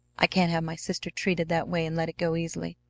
i can't have my sister treated that way and let it go easily.